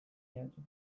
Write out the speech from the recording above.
jedzie